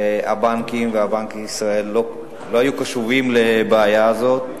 הבנקים ובנק ישראל לא היו קשובים לבעיה הזאת,